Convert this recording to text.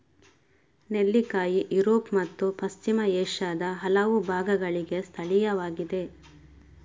ನೆಲ್ಲಿಕಾಯಿ ಯುರೋಪ್ ಮತ್ತು ಪಶ್ಚಿಮ ಏಷ್ಯಾದ ಹಲವು ಭಾಗಗಳಿಗೆ ಸ್ಥಳೀಯವಾಗಿದೆ